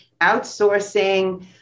outsourcing